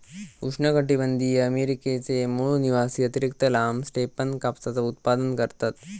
उष्णकटीबंधीय अमेरिकेचे मूळ निवासी अतिरिक्त लांब स्टेपन कापसाचा उत्पादन करतत